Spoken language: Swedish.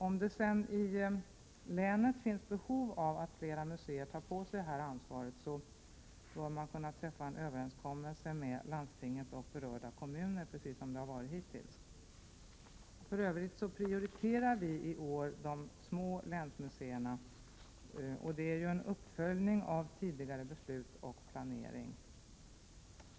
Om det sedan i länet finns behov av att flera museer tar på sig detta ansvar, bör man kunna träffa en överenskommelse med landstinget och berörda kommuner, precis som fallet har varit hittills. För övrigt prioriterar vi i år de små länsmuseerna, vilket är en uppföljning av tidigare beslut och planering.